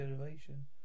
elevation